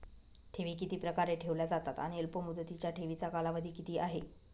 ठेवी किती प्रकारे ठेवल्या जातात आणि अल्पमुदतीच्या ठेवीचा कालावधी किती आहे?